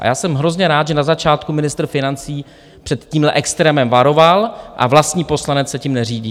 A jsem hrozně rád, že na začátku ministr financí před tímhle extrémem varoval, a vlastní poslanec se tím neřídí.